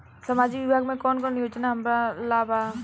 सामाजिक विभाग मे कौन कौन योजना हमरा ला बा?